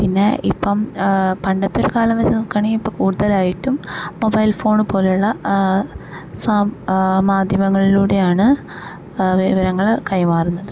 പിന്നെ ഇപ്പം പണ്ടത്തെ കാലം വെച്ച് നോക്കുകയാണെങ്കിൽ ഇപ്പം കൂട്തലായിട്ടും മൊബൈൽ ഫോണ് പോലുള്ള സാം മധ്യമങ്ങൾലൂടെയാണ് വിവരങ്ങള് കൈമാറുന്നത്